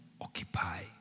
occupy